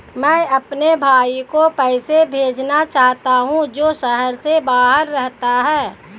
मैं अपने भाई को पैसे भेजना चाहता हूँ जो शहर से बाहर रहता है